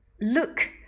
Look